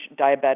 diabetic